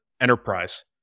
enterprise